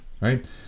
Right